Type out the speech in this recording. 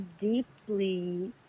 deeply